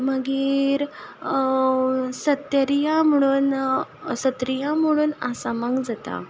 मागीर सतरिया म्हणून आसा सतरिया म्हणून आसामाक जाता